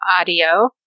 audio